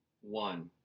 One